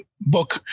book